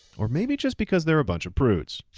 or maybe just because they're a bunch of prudes.